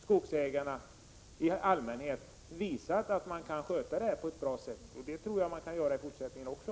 Skogsägarna har i allmänhet visat att man sköter det hela på ett bra sätt, och det tror jag att man kan göra i fortsättningen också.